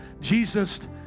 Jesus